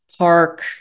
park